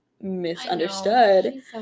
misunderstood